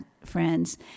Friends